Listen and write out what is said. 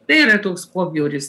tai yra toks pobjauris